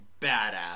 badass